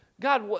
God